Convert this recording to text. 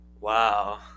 Wow